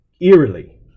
Eerily